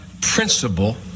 principle